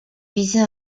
viser